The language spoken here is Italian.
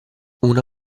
una